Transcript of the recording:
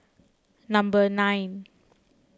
number nine